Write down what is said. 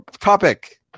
topic